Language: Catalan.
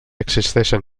existeixen